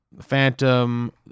Phantom